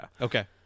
okay